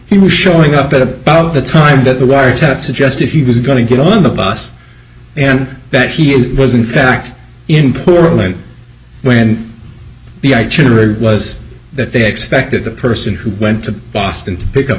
he was showing up at about the time that the wiretap suggested he was going to get on the bus and that he was in fact in poorly when the i was that they expected the person who went to boston to pick up